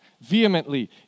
Vehemently